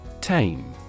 Tame